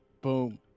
boom